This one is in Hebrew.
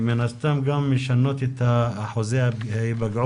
שמן הסתם גם משנים את אחוזי ההיפגעות